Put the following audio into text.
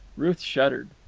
ruth shuddered.